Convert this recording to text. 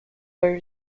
where